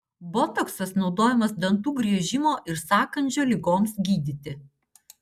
botoksas naudojamas dantų griežimo ir sąkandžio ligoms gydyti